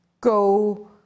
go